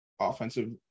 offensive